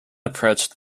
approached